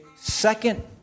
second